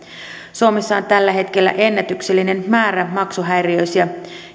on tällä hetkellä ennätyksellinen määrä maksuhäiriöisiä